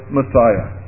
Messiah